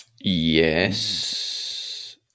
yes